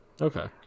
Okay